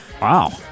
wow